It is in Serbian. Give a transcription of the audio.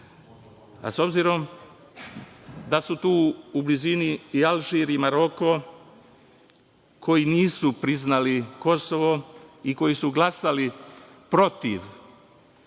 a s obzirom da su tu u blizini Alžir i Maroko, koji nisu priznali Kosovo i koji su glasali protiv prijema